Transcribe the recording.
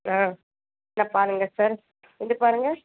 ஆ இதை பாருங்க சார் இது பாருங்க